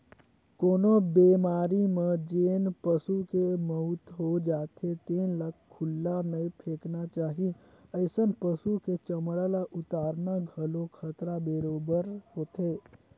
कोनो बेमारी म जेन पसू के मउत हो जाथे तेन ल खुल्ला नइ फेकना चाही, अइसन पसु के चमड़ा ल उतारना घलो खतरा बरोबेर होथे